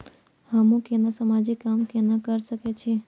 हमू केना समाजिक काम केना कर सके छी?